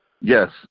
yes